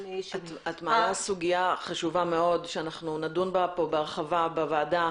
--- את מעלה סוגיה חשובה מאוד שאנחנו נדון בה פה בהרחבה בוועדה,